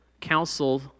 council